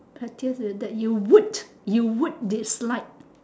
pettiest is that you would you would dislike